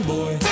Boy